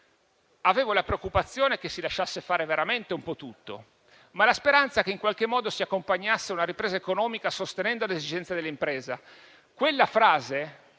avevo la preoccupazione che si lasciasse fare veramente un po' tutto, ma la speranza era che in qualche modo ciò si accompagnasse a una ripresa economica sostenendo le esigenze dell'impresa.